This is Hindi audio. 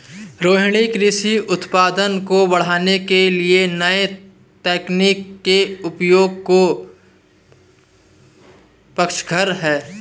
रोहिनी कृषि उत्पादन को बढ़ाने के लिए नए तकनीक के प्रयोग के पक्षधर है